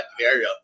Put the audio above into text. area